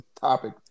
topic